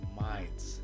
minds